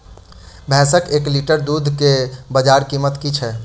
भैंसक एक लीटर दुध केँ बजार कीमत की छै?